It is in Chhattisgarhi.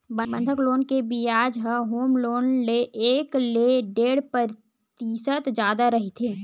बंधक लोन के बियाज ह होम लोन ले एक ले डेढ़ परतिसत जादा रहिथे